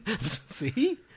See